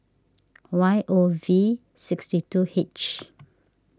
Y O V sixty two H